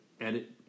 edit